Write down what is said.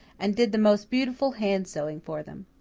and did the most beautiful hand sewing for them.